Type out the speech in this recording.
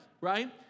right